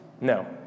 No